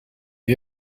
you